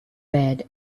bad